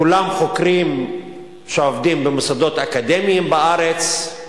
כולם חוקרים שעובדים במוסדות אקדמיים בארץ,